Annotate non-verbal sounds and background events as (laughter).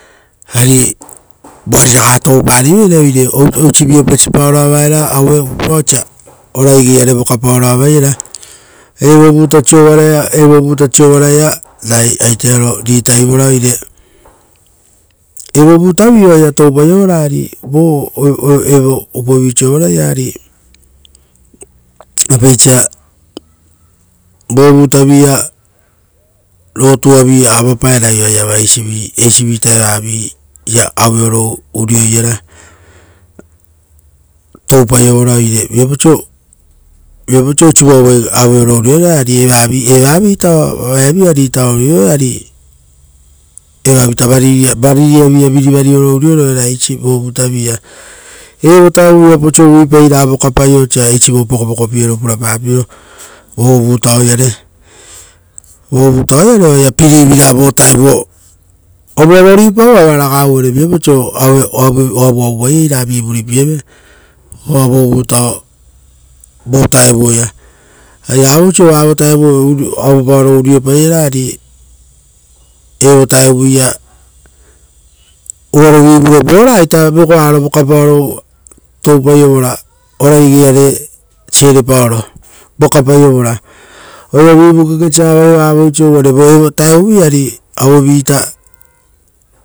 Ari (noise) voari raga touparivere, oire oisivii opesipaoro avaera aue upoa osa ora igeire vokapaoro avaiera. Evo vuta sovaraia ragai aitero ritai vora oire evo vutavi oaia toupaio vora ari vo evo upovi sovaraia ari, (noise) apeisa, vovutavia lotu avi avapaera, oa iava eisi vi, eisi vita evavi ia aueoro urio iera. Taupaiovora, oire viapau oiso, viapau oiso osivuavu vai aue oro urio era, ari eva vi evavi ita o ritaoro urio era, ari evavita variri, variri avita virivari oro urio roera eis vo vutaavi ia. Evo tavu vutaa viapau oiso uvupau oiso uvuipai ra vokapaio osa eisi vo pokopoko pie ro, vo vutao iare vo vutao iare pirivira vo vutao ovu ava ruipau, avaraga uvere viapau oiso ovuavuvaiei ravi vuripere, vo vutao ia. Ari vavoiso vavo taeva ia aue paoro urio paiera ari. evo vutaia (hesitation) uva rovi vu raga, voita vegoaro vokapaoro toupai ovora, ora igei iare vokapaoro, vokapaio vora. Oevivi kekesa avaio vavoiso, uvare vo vutavi ari aue vita.